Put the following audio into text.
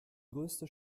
größte